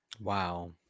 Wow